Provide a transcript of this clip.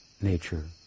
nature